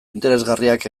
interesgarriak